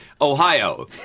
Ohio